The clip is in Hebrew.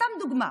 סתם דוגמה: